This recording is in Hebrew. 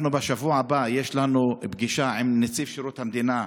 בשבוע הבא תהיה לנו פגישה עם נציב שירות המדינה,